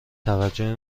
توجه